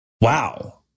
Wow